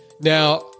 Now